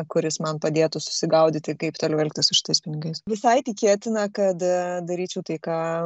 kuris man padėtų susigaudyti kaip toliau elgtis su šitais pinigais visai tikėtina kad daryčiau tai ką